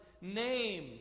name